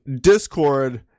Discord